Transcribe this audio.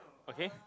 okay